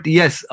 yes